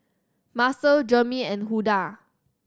Macel Jermey and Huldah